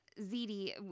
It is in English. ZD